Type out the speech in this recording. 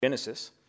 Genesis